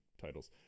titles